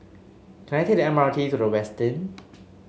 can I take the M R T to The Westin